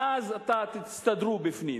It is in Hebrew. משם אתם תסתדרו, בפנים.